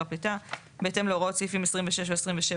הפליטה בהתאם להוראות סעיפים 26 או 27,